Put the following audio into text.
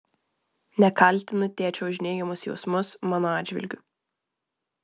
nekaltinu tėčio už neigiamus jausmus mano atžvilgiu